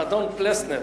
אדון פלסנר.